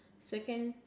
second